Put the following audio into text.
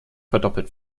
verdoppelt